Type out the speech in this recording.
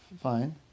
fine